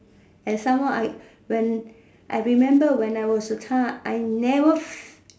and some more I when I remember when I was a child I never